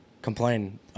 complain